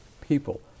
people